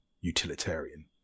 utilitarian